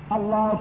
Allah